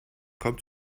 kommt